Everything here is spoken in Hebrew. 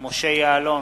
משה יעלון,